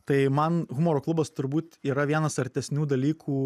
tai man humoro klubas turbūt yra vienas artesnių dalykų